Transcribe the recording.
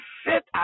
sit